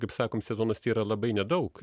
kaip sakom sezonas tai yra labai nedaug